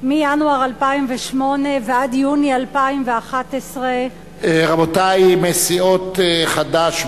מינואר 2008 ועד יוני 2011. רבותי מסיעות חד"ש,